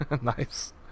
nice